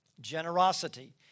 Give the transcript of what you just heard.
generosity